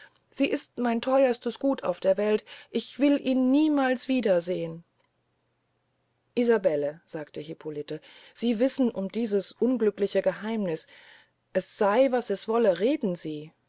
sie ist mein theuerstes gut auf der welt ich will ihn niemals wie der sehn isabelle sagte hippolite sie wissen um dieses unglückliche geheimniß es sey was es wolle reden sie